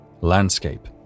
landscape